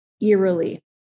eerily